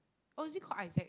oh it is called Isaac